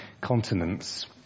continents